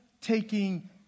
taking